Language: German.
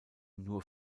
nur